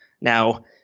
Now